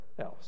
else